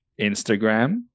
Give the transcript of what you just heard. instagram